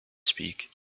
speak